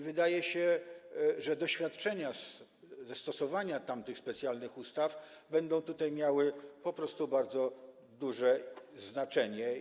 Wydaje się, że doświadczenia dotyczące stosowania tamtych specjalnych ustaw będą miały po prostu bardzo duże znaczenie.